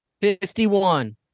Fifty-one